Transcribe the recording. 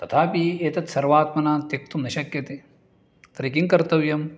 तथापि एतत्सर्वात्मना त्यक्तुं न शक्यते तर्हि किं कर्तव्यम्